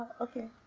Okay